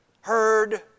heard